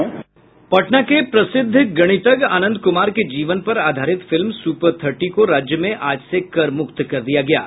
पटना के प्रसिद्ध गणितज्ञ आनंद कुमार के जीवन पर आधारित फिल्म सुपर थर्टी को राज्य में आज से कर मुक्त कर दिया गया है